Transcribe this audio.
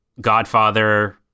godfather